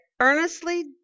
earnestly